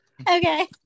Okay